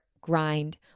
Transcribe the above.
grind